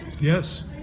yes